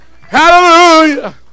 Hallelujah